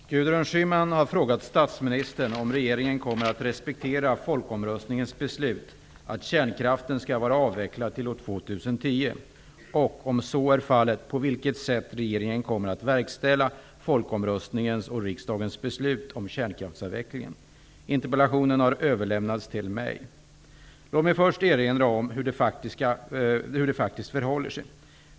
Herr talman! Gudrun Schyman har frågat statsministern om regeringen kommer att respektera folkomröstningens beslut att kärnkraften skall vara avvecklad till år 2010 och, om så är fallet, på vilket sätt regeringen kommer att verkställa folkomröstningens och riksdagens beslut om kärnkraftsavvecklingen. Interpellationen har överlämnats till mig. Låt mig först erinra om hur det faktiskt förhåller sig.